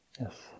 Yes